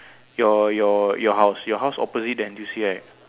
your your your house your house opposite the N_T_U_C right